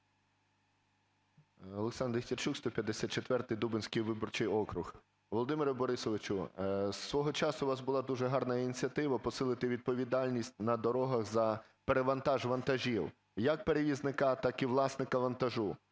ОлександрДехтярчук, 154-й Дубенський виборчий округ. Володимире Борисовичу, свого часу у вас була дуже гарна ініціатива - посилити відповідальність на дорогах за перевантаж вантажів як перевізника, так і власника вантажу.